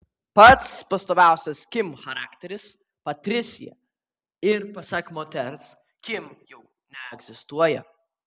pats pastoviausias kim charakteris patricija ir pasak moters kim jau neegzistuoja